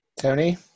Tony